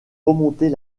remonter